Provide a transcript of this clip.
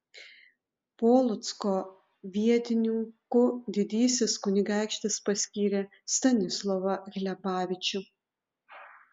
polocko vietininku didysis kunigaikštis paskyrė stanislovą hlebavičių